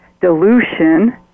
dilution